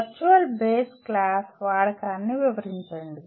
virtual base class వాడకాన్ని వివరించండి